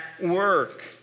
work